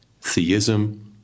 theism